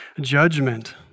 judgment